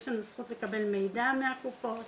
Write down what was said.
יש לנו זכות לקבל מידע מהקופות.